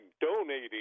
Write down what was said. donating